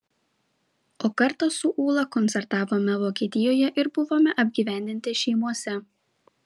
o kartą su ūla koncertavome vokietijoje ir buvome apgyvendinti šeimose